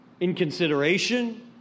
inconsideration